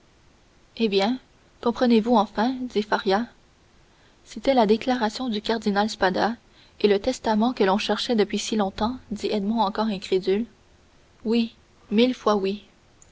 eh bien comprenez-vous enfin dit faria c'était la déclaration du cardinal spada et le testament que l'on cherchait depuis si longtemps dit edmond encore incrédule oui mille fois oui